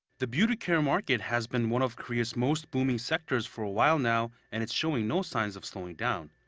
the beauty care market has been one of korea's most booming sectors for a while now. and it's showing no signs of slowing down.